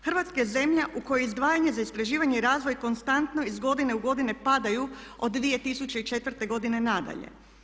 Hrvatska je zemlja u kojoj je izdvajanje za istraživanje i razvoj konstantno iz godine u godinu padaju od 2004. godina na dalje.